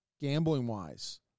gambling-wise